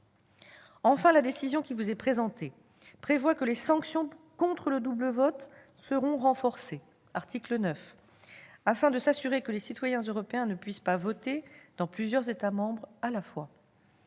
Enfin, la décision qui vous est présentée prévoit, à l'article 9, que les sanctions contre le double vote seront renforcées, afin de s'assurer que les citoyens européens ne puissent pas voter dans plusieurs États membres à la fois.